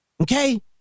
Okay